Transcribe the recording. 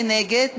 מי נגד?